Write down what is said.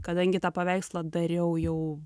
kadangi tą paveikslą dariau jau